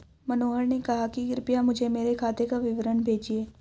मनोहर ने कहा कि कृपया मुझें मेरे खाते का विवरण भेजिए